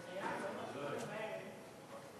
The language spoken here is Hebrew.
היית חייב לעכב את הדיון.